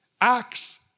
Acts